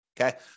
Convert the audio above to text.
okay